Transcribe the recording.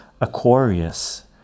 aquarius